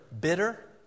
bitter